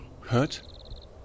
hurt